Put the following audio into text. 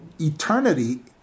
eternity